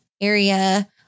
area